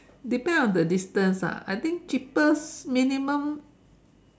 depend on the distance lah I think cheapest minimum